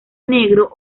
negro